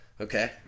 Okay